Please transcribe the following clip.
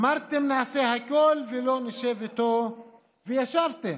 אמרתם: נעשה הכול ולא נשב איתו וישבתם.